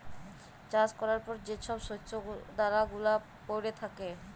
চাষ ক্যরার পর যে ছব শস্য দালা গুলা প্যইড়ে থ্যাকে